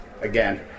Again